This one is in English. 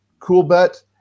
CoolBet